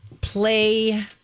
play